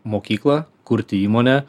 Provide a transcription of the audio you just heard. mokyklą kurti įmonę